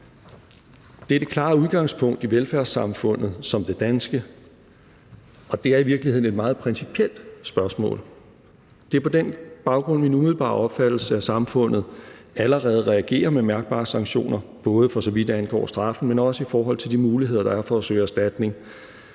Det er det klare udgangspunkt i et velfærdssamfund som det danske, og det er i virkeligheden et meget principielt spørgsmål. Det er på den baggrund min umiddelbare opfattelse, at samfundet allerede reagerer med mærkbare sanktioner, både for så vidt angår straffen, men også i forhold til de muligheder, der er for at søge erstatning.